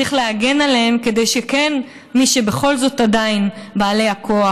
צריך להגן עליהן כדי שמי שבכל זאת הם עדיין בעלי הכוח,